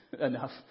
enough